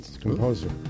Composer